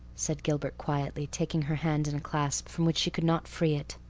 said gilbert quietly, taking her hand in a clasp from which she could not free it.